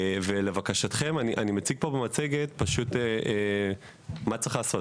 לבקשתם אני מציג במצגת מה צריך לעשות.